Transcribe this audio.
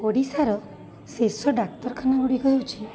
ଓଡ଼ିଶାର ଶେଷ ଡାକ୍ତରଖାନା ଗୁଡ଼ିକ ହେଉଛି